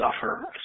suffer